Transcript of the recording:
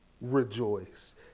rejoice